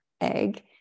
egg